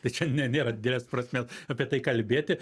tai čia ne nėra didelės prasmės apie tai kalbėti